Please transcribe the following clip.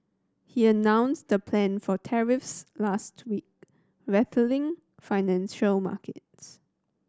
he announced the plan for tariffs last week rattling financial markets